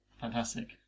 Fantastic